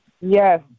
Yes